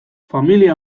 familia